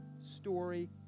story